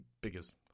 biggest